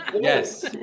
Yes